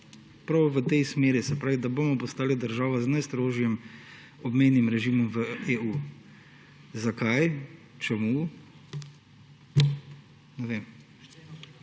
prav v tej smeri, se pravi, da bomo postali država z najstrožjim obmejnim režimom v EU. Zakaj, čemu? Ne vem.